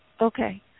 Okay